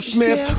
Smith